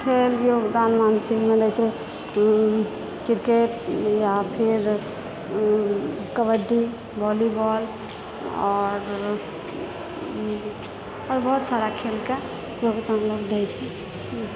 खेल योगदान मान सम्मान दए छै क्रिकेट या फिर कबड्डी बॉलीबॉल आओर आओर बहुत सारा खेलके योगदान लोग दए छै